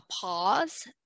pause